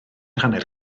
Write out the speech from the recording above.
hanner